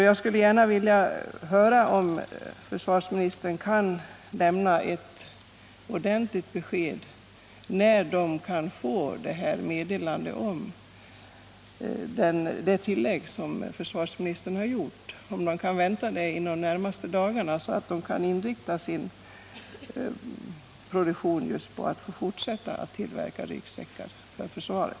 Jag skulle gärna vilja höra om försvarsministern kan lämna ett ordentligt besked, när företaget kan få meddelande om den beställning som försvarsministern talade om i slutet av svaret, och om det kan vänta sig att få den inom de närmaste dagarna så man kan inrikta sig på att fortsätta att tillverka ryggsäckar för försvaret.